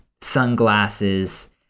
sunglasses